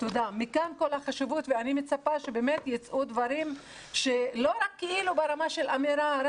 מכאן כל החשיבות ואני מצפה שבאמת יצאו דברים לא רק ברמה של אמירה,